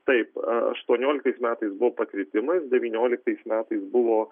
taip aštuonioliktais metais buvo pakritimai devynioliktais metais buvo